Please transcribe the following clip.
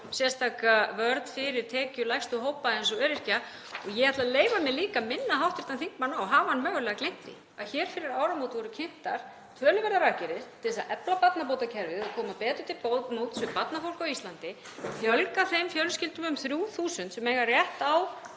sérstaka vörn fyrir tekjulægstu hópa eins og öryrkja. Ég ætla að leyfa mér líka að minna hv. þingmann á, hafi hann mögulega gleymt því, að fyrir áramót voru kynntar töluverðrar aðgerðir til að efla barnabótakerfið og koma betur til móts við barnafólk á Íslandi, fjölga þeim fjölskyldum um 3.000 sem eiga rétt á